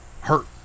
hurt